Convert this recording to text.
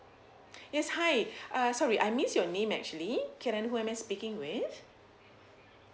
yes hi uh sorry I missed your name actually can I know who am I speaking with